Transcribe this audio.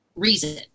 reason